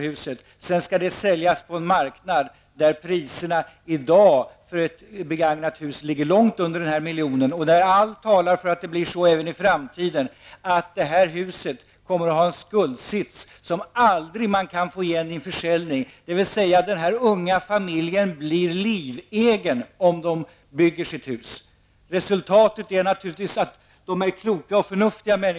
I dag ligger priset för ett begagnat sådant hus långt under 1 milj.kr., och allt talar för att den situationen kommer att bestå även i framtiden. Paret kan alltså aldrig få igen sina pengar vid en försäljning. Den unga familjen blir med andra ord livegen om man bygger sitt hus. Nu är de säkert både kloka och förnuftiga och vill